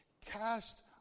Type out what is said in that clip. Cast